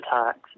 attacks